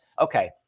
Okay